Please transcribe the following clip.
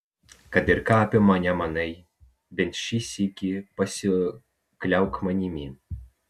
kad ir ką apie mane manai bent šį sykį pasikliauk manimi